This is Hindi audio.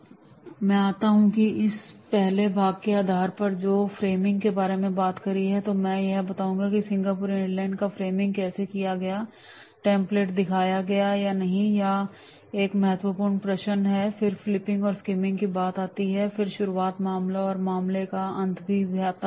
इसलिए अंत में मैं आता हूँ कि इस पहले भाग के आधार पर जो कि फ्रेमनिंग के बारे में है तो अब मैं यह बताऊंगा कि सिंगापुर एयरलाइन का फ्रेमिंग कैसे किया गया है टेम्प्लेट दिखाया गया है या नहीं यह एक महत्वपूर्ण प्रश्न है फिर फ़्लिपिंग और स्किमिंग की बात आती है फिर शुरुआत मामला और मामले का अंत का भी है